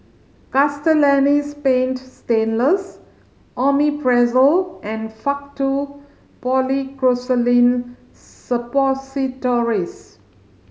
Castellani's Paint Stainless Omeprazole and Faktu Policresulen Suppositories